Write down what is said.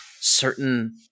certain